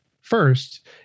first